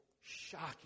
shocking